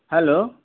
hello